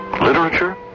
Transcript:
literature